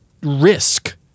risk